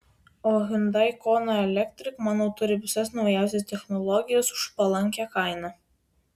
o hyundai kona electric manau turi visas naujausias technologijas už palankią kainą